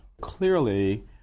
Clearly